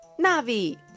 Navi